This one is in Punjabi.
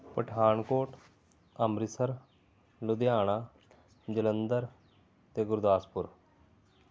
ਪਠਾਨਕੋਟ ਅੰਮ੍ਰਿਤਸਰ ਲੁਧਿਆਣਾ ਜਲੰਧਰ ਅਤੇ ਗੁਰਦਾਸਪੁਰ